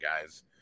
guys